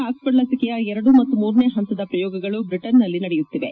Oxford ಲಸಿಕೆಯ ಎರಡು ಮತ್ತು ಮೂರನೇ ಹಂತದ ಪ್ರಯೋಗಗಳು ಬ್ರಿಟನ್ನಲ್ಲಿ ನಡೆಯುತ್ತಿವೆ